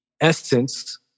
essence